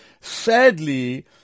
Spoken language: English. sadly